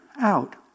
out